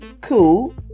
cool